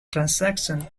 transaction